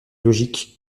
logique